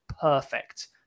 perfect